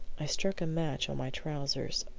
i struck a match on my trousers,